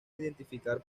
identificar